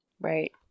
Right